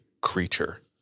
creature